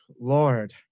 Lord